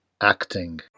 acting